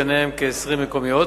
בהן כ-20 מקומיות,